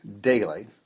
daily